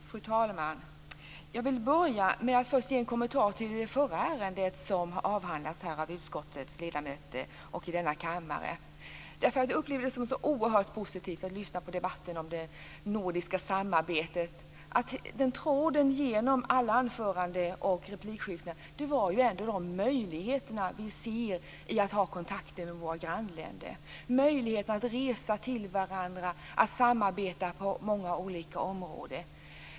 Fru talman! Jag vill börja med att först ge en kommentar till det förra ärendet som har avhandlats av utskottets ledamöter här i kammaren. Jag upplevde det oerhört positivt att lyssna på debatten om det nordiska samarbetet. Tråden genom alla anföranden och i replikskiftena var de möjligheter vi ser i kontakterna med våra grannländer. Det handlar om möjligheterna att resa till varandra och samarbeta på många olika områden.